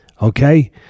Okay